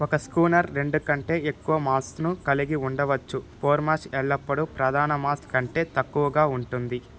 ఒక స్కూనర్ రెండు కంటే ఎక్కువ మాస్ను కలిగి ఉండవచ్చు ఫోర్మాస్ట్ ఎల్లప్పుడూ ప్రధాన మాస్ కంటే తక్కువగా ఉంటుంది